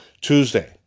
Tuesday